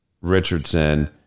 Richardson